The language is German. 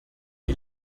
wie